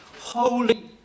holy